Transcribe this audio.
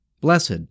Blessed